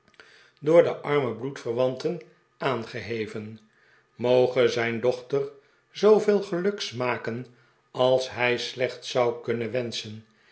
door de arme bloedverwahten aangeheven moge zijn dochter zooveel geluk smaken als hij slechts zou kunnen wenschen